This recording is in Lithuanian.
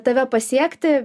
tave pasiekti